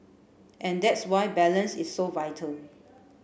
and that's why balance is so vital